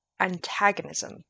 antagonism